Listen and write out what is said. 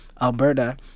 Alberta